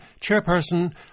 chairperson